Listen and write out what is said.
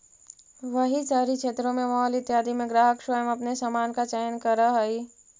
वहीं शहरी क्षेत्रों में मॉल इत्यादि में ग्राहक स्वयं अपने सामान का चयन करअ हई